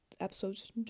episode's